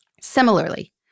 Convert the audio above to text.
Similarly